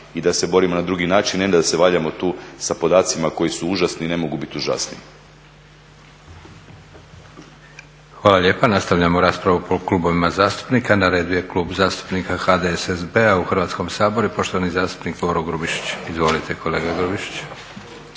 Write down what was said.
i da se borimo na drugi način, ne da se valjamo tu sa podacima koji su užasni i ne mogu bit užasniji.